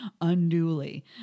unduly